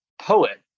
poet